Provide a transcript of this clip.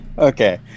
Okay